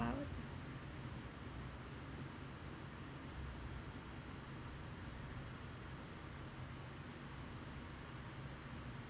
about